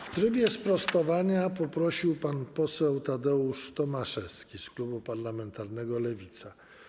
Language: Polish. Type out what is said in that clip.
W trybie sprostowania poprosił o głos pan poseł Tadeusz Tomaszewski z klubu parlamentarnego Lewica.